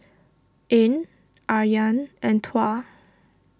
Ain Aryan and Tuah